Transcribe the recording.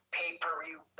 pay-per-view